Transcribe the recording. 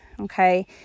Okay